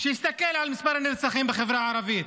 שיסתכל על מספר הנרצחים בחברה הערבית.